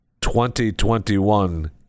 2021